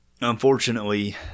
unfortunately